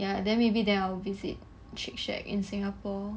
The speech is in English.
ya then maybe then I will visit shake shack in singapore